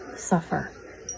suffer